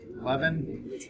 Eleven